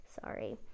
Sorry